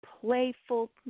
playful